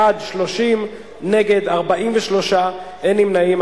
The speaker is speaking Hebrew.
בעד, 30, נגד, 43, אין נמנעים.